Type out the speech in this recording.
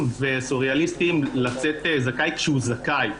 וסוריאליסטיים לצאת זכאי כשהוא באמת זכאי.